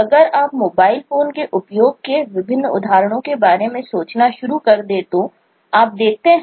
अगर आप mobile phone के उपयोग के विभिन्न उदाहरणों के बारे में सोचना शुरू कर दें तो आप देख सकते हैं